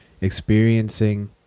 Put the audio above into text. experiencing